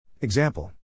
Example